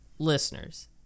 Listeners